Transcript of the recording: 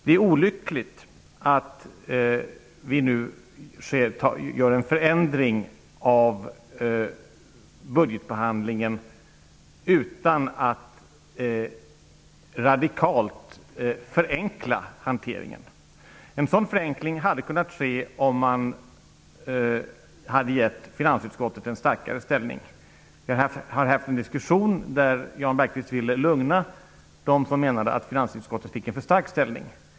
Det är olyckligt att vi nu genomför en förändring av budgetbehandlingen utan att radikalt förenkla hanteringen. En sådan förenkling hade kunnat ske om finansutskottet hade fått en starkare ställning. Vi har haft en diskussion där Jan Bergqvist har velat lugna dem som menar att finansutskottet har fått en för stark ställning.